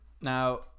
Now